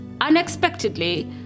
Unexpectedly